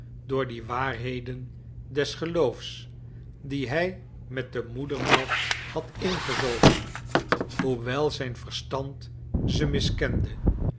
door die waarheden des geloofs die hij met de moedermelk had ingezogen hoewel zijn verstand ze miskende